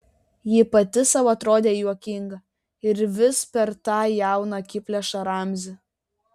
ji pati sau atrodė juokinga ir vis per tą jauną akiplėšą ramzį